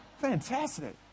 Fantastic